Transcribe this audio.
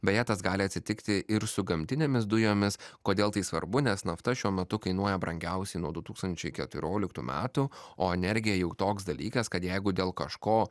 beje tas gali atsitikti ir su gamtinėmis dujomis kodėl tai svarbu nes nafta šiuo metu kainuoja brangiausiai nuo du tūkstančiai keturioliktų metų o energija juk toks dalykas kad jeigu dėl kažko